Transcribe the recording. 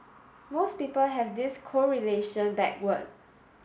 most people have this correlation backward